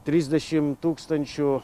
trisdešimt tūkstančių